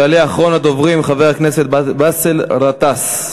יעלה אחרון הדוברים, חבר הכנסת באסל גטאס.